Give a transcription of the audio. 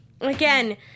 Again